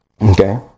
Okay